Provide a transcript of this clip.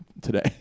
today